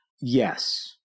Yes